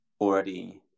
already